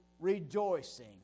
rejoicing